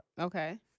okay